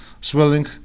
swelling